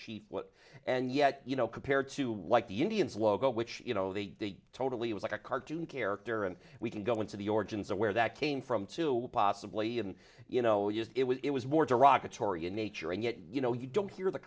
what and yet you know compared to the indians logo which you know they totally was like a cartoon character and we can go into the origins of where that came from to possibly and you know used it was more derogatory in nature and yet you know you don't hear the